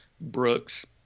Brooks